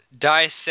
dissect